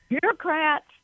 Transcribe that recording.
bureaucrats